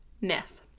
myth